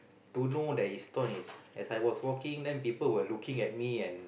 to know that is torn is as I was walking then people were looking at me and